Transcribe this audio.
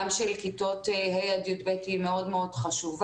גם של כיתות ה' עד י"ב, היא מאוד מאוד חשובה.